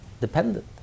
dependent